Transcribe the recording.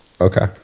Okay